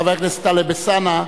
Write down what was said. חבר הכנסת טלב אלסאנע,